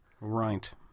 Right